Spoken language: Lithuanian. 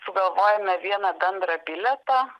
sugalvojome vieną bendrą bilietą